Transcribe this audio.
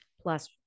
Plus